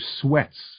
sweats